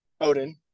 Odin